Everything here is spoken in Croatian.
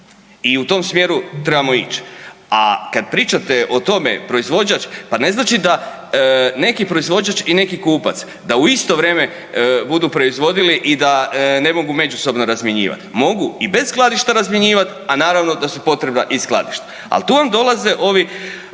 i u tom smjeru trebamo ić, a kad pričate o tome proizvođač pa ne znači da neki proizvođač i neki kupac da u isto vrijeme budu proizvodili i da ne mogu međusobno razmjenjivat. Mogu i bez skladišta razmjenjivat, a naravno da su potrebna i skladišta. Ali tu vam dolaze ovi